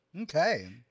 Okay